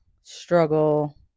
struggle